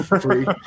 Free